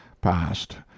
past